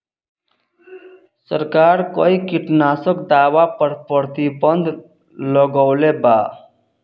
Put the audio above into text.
सरकार कई किटनास्क दवा पर प्रतिबन्ध लगवले बा